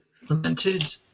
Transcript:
implemented